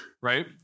right